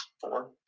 four